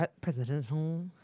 presidential